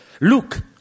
Look